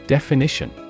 Definition